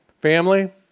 Family